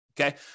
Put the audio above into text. okay